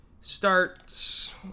starts